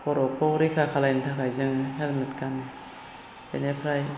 खर'खौ रैखा खालायनो थाखाय जोङो हेलमेट गानो बिनिफ्राय